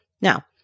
Now